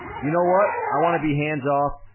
you know what? i wanna be hands off,